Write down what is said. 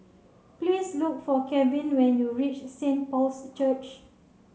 please look for Kevin when you reach Saint Paul's Church